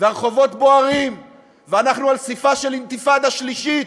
והרחובות בוערים ואנחנו על סִפָּהּ של אינתיפאדה שלישית,